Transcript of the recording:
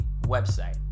website